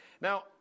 Now